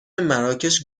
مراکش